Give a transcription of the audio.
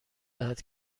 دهد